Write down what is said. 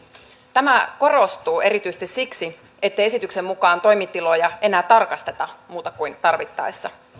tämä korostuu erityisesti siksi ettei esityksen mukaan toimitiloja enää tarkasteta muuta kuin tarvittaessa